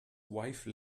wife